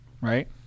Right